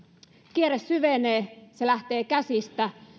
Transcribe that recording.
kierre syvenee se lähtee käsistä